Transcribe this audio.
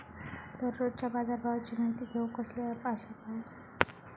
दररोजच्या बाजारभावाची माहिती घेऊक कसलो अँप आसा काय?